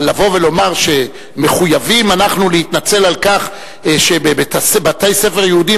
אבל לבוא ולומר שמחויבים אנחנו להתנצל על כך שבבתי-ספר יהודיים,